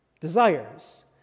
desires